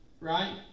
right